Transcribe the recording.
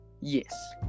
yes